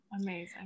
Amazing